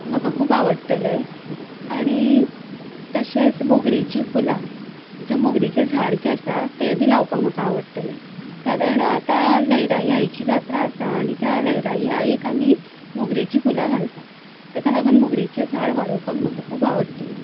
म्हाका खूब आवडटले आनी तशेंच मोगरेचीं फुलां जें मोगरेचें झाड जें आसा तें बी लावपाक म्हाका आवडटलें कारण आतां लइराइ आईची जात्रा आसा आनी त्या लइराइ आईक आमी मोगरेची फुलां घालता ताका लागून मोगरेचें झाड वाडोवपाक म्हाका खूब आवडटलें